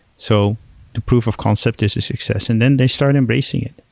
so the proof of concept is a success. and then they start embracing it.